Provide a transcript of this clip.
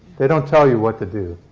they don't tell you what to do.